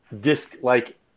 disc-like